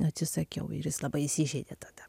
atsisakiau ir jis labai įsižeidė tada